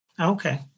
Okay